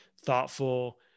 thoughtful